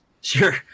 Sure